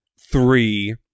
three